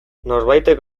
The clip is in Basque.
norbaitek